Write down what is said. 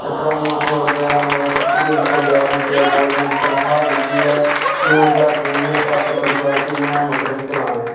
जां तरानुऐं सौ रपेआ तिन्न सौ ञारां रपेआ गौरमैंट तनखाह् दिंदी ऐ नौ ज्हार रपे नै सत्त परिवार कि'यां मतलब चलाने